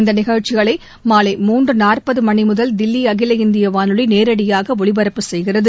இந்த நிகழ்ச்சிகளை மாலை மூன்று நாற்பது மணி முதல் தில்லி அகில இந்திய வானொலி நேரடியாக ஒலிபரப்பு செய்கிறது